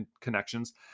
connections